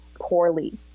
poorly